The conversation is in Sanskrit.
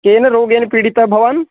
केन रोगेन पीडितः भवान्